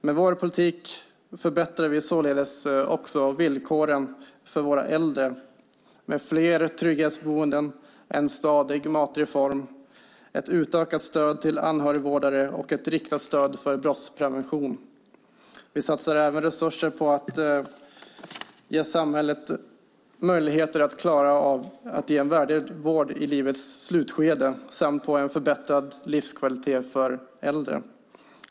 Med vår politik förbättrar vi således villkoren för våra äldre, med fler trygghetsboenden, en stadig matreform, ett utökat stöd till anhörigvårdare och ett riktat stöd för brottsprevention. Vi satsar även resurser på att ge samhället möjligheter att klara av att ge en värdig vård i livets slutskede samt på en förbättrad livskvalitet för äldre.